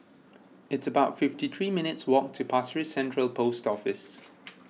it's about fifty three minutes' walk to Pasir Ris Central Post Office